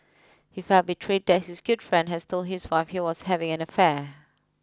he felt betrayed that his good friend has told his wife he was having an affair